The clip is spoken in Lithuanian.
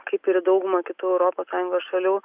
kaip ir į daugumą kitų europos sąjungos šalių